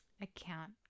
account